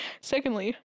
Secondly